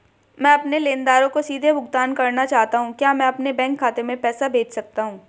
मैं अपने लेनदारों को सीधे भुगतान करना चाहता हूँ क्या मैं अपने बैंक खाते में पैसा भेज सकता हूँ?